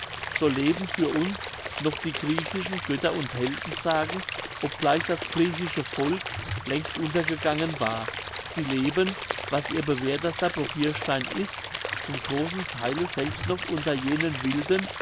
so leben für uns noch die griechischen götter und heldensagen obgleich das griechische volk längst untergegangen war sie leben was ihr bewährtester probirstein ist zum großen theile selbst noch unter jenen wilden